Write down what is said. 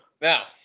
now